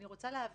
אני רוצה להבהיר,